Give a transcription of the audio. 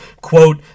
quote